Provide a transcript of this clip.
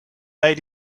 made